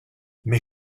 mes